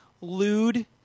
lewd